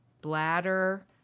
bladder